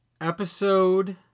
episode